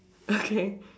okay